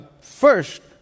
First